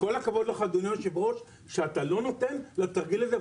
כל הכבוד לך אדוני היושב ראש שאתה לא נותן לתרגיל הזה,